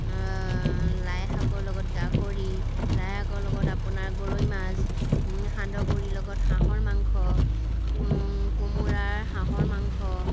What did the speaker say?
লাইশাকৰ লগত গাহৰি লাইশাকৰ লগত আপোনাৰ গৰৈ মাছ সান্দহ গুৰিৰ লগত হাঁহৰ মাংস কোমোৰা হাঁহৰ মাংস